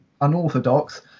unorthodox